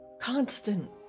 constant